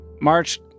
March